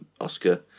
Oscar